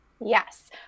Yes